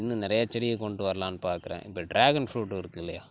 இன்னும் நிறையா செடி கொண்டு வரலாம்னு பார்க்கறேன் இப்போ ட்ராகன் ஃப்ரூட்டு இருக்குதில்லையா